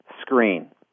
screen